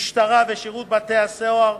המשטרה ושירות בתי-הסוהר,